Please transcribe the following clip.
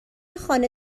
خانه